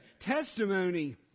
testimony